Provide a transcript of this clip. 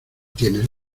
tienes